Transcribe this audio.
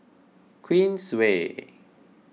Queensway